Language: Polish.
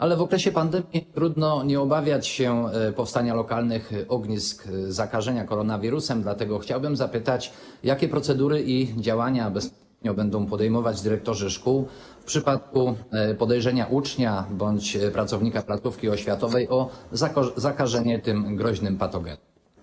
Ale w okresie pandemii trudno nie obawiać się powstania lokalnych ognisk zakażenia koronawirusem, dlatego chciałbym zapytać, jakie procedury i działania bezpośrednio będą podejmować dyrektorzy szkół w przypadku podejrzenia ucznia bądź pracownika placówki oświatowej o zakażenie tym groźnym patogenem.